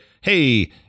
hey